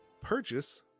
purchase